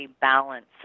balance